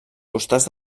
costats